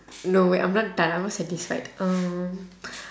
no wait I'm not done I'm not satisfied um